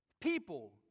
people